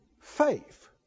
faith